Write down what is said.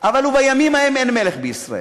אבל בימים ההם אין מלך בישראל.